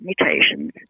mutations